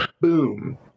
boom